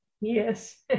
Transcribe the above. Yes